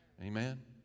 Amen